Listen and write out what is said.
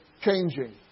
changing